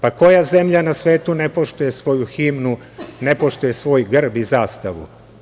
Pa, koja zemlja na svetu ne poštuje svoju himnu, ne poštuje svoj grb i zastavu?